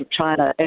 China